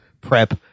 prep